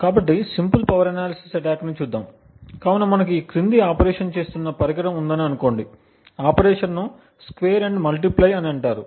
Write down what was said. కాబట్టి simple power analysis ను చూద్దాం కావున మనకు ఈ క్రింది ఆపరేషన్ చేస్తున్న పరికరం ఉందని అనుకోండి ఆపరేషన్ ను స్క్వేర్ అండ్ మల్టిప్లై అని అంటారు